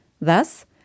Thus